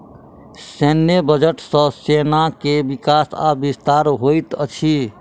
सैन्य बजट सॅ सेना के विकास आ विस्तार होइत अछि